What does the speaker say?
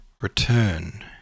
Return